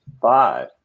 five